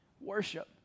worship